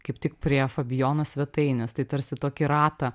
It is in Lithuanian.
kaip tik prie fabijono svetainės tai tarsi tokį ratą